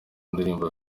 ndirimbo